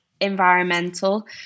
environmental